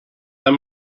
him